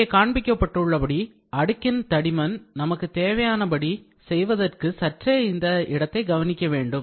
இங்கே காண்பிக்கப்பட்டுள்ளபடி அடுக்கின் தடிமன் நமக்கு தேவையான படி செய்வதற்கு சற்றே இந்த இடத்தை கவனிக்க வேண்டும்